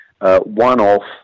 one-off